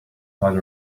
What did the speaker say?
found